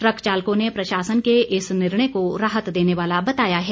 truck चालकों ने प्रशासन के इस निर्णय को राहत देने वाला बताया है